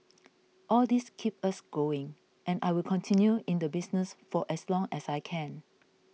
all these keep us going and I will continue in the business for as long as I can